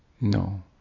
no